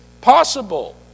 possible